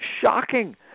shocking